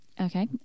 okay